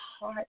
heart